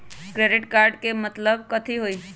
Credit card के मतलब कथी होई?